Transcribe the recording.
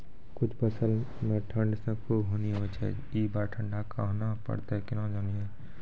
कुछ फसल मे ठंड से खूब हानि होय छैय ई बार ठंडा कहना परतै केना जानये?